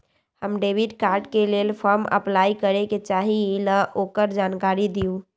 हम debit card के लेल फॉर्म अपलाई करे के चाहीं ल ओकर जानकारी दीउ?